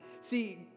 See